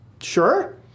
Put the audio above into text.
sure